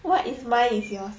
what is mine is yours